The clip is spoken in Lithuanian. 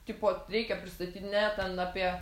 tipo reikia pristatinėt ten apie